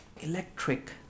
electric